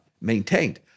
maintained